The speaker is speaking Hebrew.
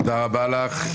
תודה רבה לך.